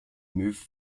move